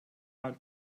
one